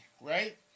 right